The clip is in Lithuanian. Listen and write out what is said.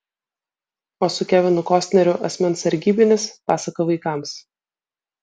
o su kevinu kostneriu asmens sargybinis pasaka vaikams